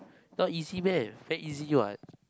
not easy meh very easy what